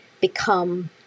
become